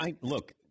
Look